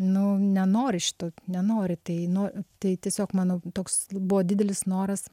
nu nenori šito nenori tai nu tai tiesiog mano toks buvo didelis noras